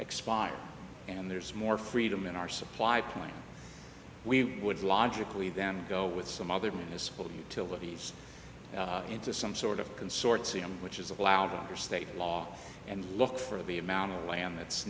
expire and there's more freedom in our supply plan we would logically then go with some other municipal utilities into some sort of consortium which is allowed under state law and look for the amount of land that's